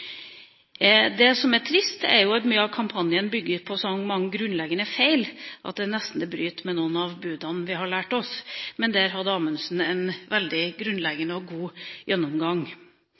Det som er trist, er at mye av kampanjen bygger på så mange grunnleggende feil at det nesten bryter med noen av budene vi har lært oss. Men der hadde Anundsen en grunnleggende og god gjennomgang.